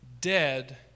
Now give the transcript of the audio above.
dead